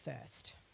first